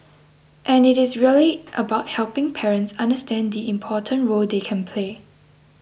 and it is really about helping parents understand the important role they can play